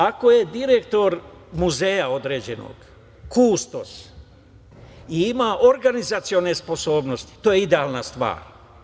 Ako je direktor određenog muzeja kustos i ima organizacione sposobnosti, to je idealna stvar.